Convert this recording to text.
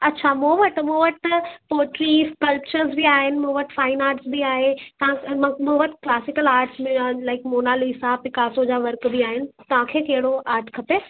अछा मूं वटि मूं वटि पोएट्री स्कल्पचर बि आहिनि मूं वटि फ़ाइन आर्ट बि आहे तव्हां मूं वटि मूं वटि क्लासिकल आर्ट बि आहिनि लाइक मोनालिसा पिकासो जा वर्क बि आहिनि तव्हांखे कहिड़ो आर्ट खपे